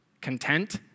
content